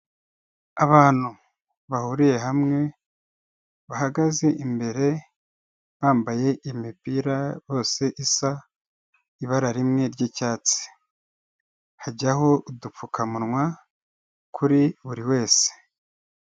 Abantu bahuriye hamwe, bahagaze imbere bambaye imipira bose isa ibara rimwe ry'icyatsi. Hajyaho udupfukamunwa kuri buri wese.